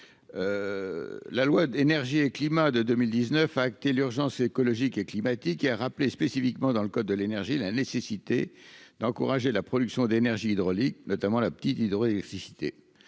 la loi d'énergie et climat de 2019 acté l'urgence écologique et climatique, il a rappelé spécifiquement dans le code de l'énergie, la nécessité d'encourager la production d'énergie hydraulique, notamment la petite hydroélectricité,